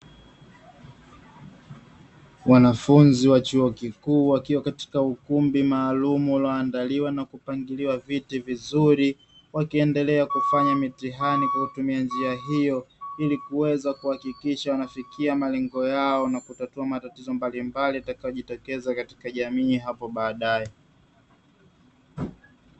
Wanafunzi wa chuo kikuu wakiwa katika ukumbi maalumu ulioandaliwa na kupangiliwa viti vizuri, wakiendelea kufanya mitihani kwa kutumia njia hiyo ili kuweza kuhakikisha wanafikia malengo yao, na kutatua matatizo mbalimbali yatakayojitokeza katika jamii hapo baadae.